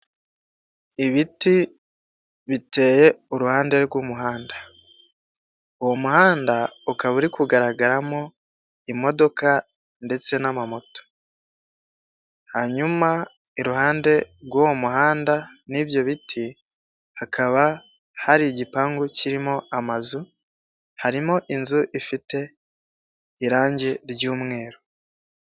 Ibiti biteye uruhande rw'umuhanda, uwo muhanda ukaba uri kugaragaramo imodoka ndetse n'amamoto, hanyuma iruhande rw'uwo muhanda n'ibyo biti, hakaba hari igipangu kirimo amazu, harimo inzu ifite irangi ry'umweru.